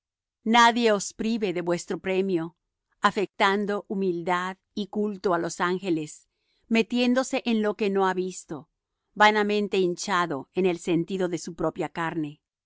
nadie os prive de vuestro premio afectando humildad y culto á los ángeles metiéndose en lo que no ha visto vanamente hinchado en el sentido de su propia carne